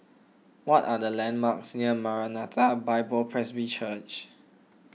what are the landmarks near Maranatha Bible Presby Church